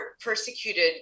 persecuted